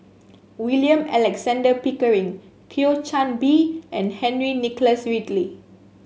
William Alexander Pickering Thio Chan Bee and Henry Nicholas Ridley